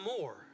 more